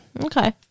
Okay